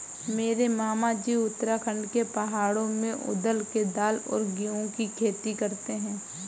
मेरे मामाजी उत्तराखंड के पहाड़ों में उड़द के दाल और गेहूं की खेती करते हैं